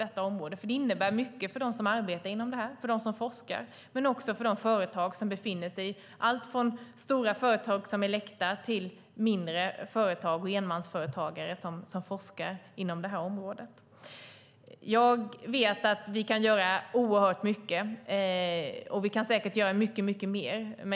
Det innebär nämligen mycket för dem som arbetar inom detta, för dem som forskar och för företagen - alltifrån stora företag som Elekta till mindre företag och enmansföretagare som forskar inom området. Jag vet att vi kan göra oerhört mycket, och vi kan säkert göra mycket mer.